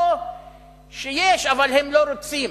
או שיש אבל הם לא רוצים.